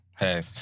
Hey